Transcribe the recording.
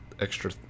extra